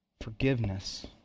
forgiveness